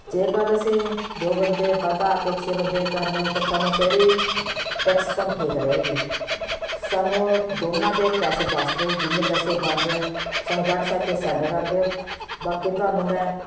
ਜੇਕਰ ਅਸੀਂ ਦੋ ਬੰਦੇ ਵਧਾ ਕੇ ਛੇ ਬੰਦੇ ਕਰਨੇ ਹੋਣ ਤਾਂ ਸਾਨੂੰ ਕਿਹੜੀ ਟੈਕਸੀ ਸਾਨੂੰ ਠੀਕ ਰਹੇਗੀ ਸਾਨੂੰ ਦੋਨਾਂ ਦੇ ਪੈਸੇ ਦੱਸ ਦਿਓ ਜਿੰਨੇ ਪੈਸੇ ਬਣਦੇ ਆ ਸਾਨੂੰ ਵਟਸਐਪ 'ਤੇ ਸੈਂਡ ਕਰ ਦਿਓ ਬਾਕੀ ਤੁਹਾਨੂੰ ਮੈਂ